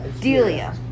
Delia